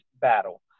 battle